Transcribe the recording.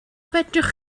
fedrwch